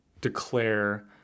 declare